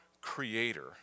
creator